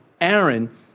Aaron